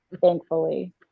thankfully